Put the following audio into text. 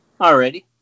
Alrighty